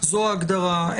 זו ההגדרה.